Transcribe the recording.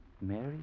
Mary